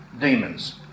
demons